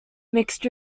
mixed